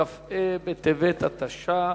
כ"ה בטבת התש"ע,